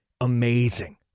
amazing